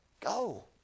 Go